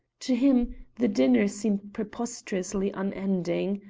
to him the dinner seemed preposterously unending.